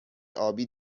آبی